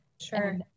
Sure